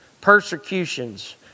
persecutions